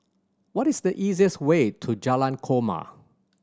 what is the easiest way to Jalan Korma